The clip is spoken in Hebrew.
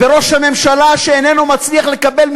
בראש הממשלה שאיננו מצליח לקבל,